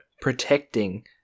protecting